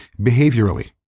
behaviorally